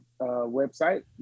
website